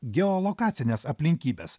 geolokacinės aplinkybės